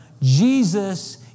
Jesus